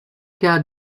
cas